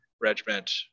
regiment